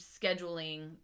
scheduling